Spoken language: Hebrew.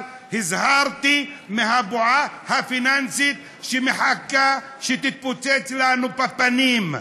אבל הזהרתי מהבועה הפיננסית שמחכה ותתפוצץ לנו בפנים.